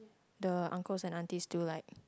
the uncles and aunties to like